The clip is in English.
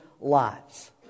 lives